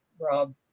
Rob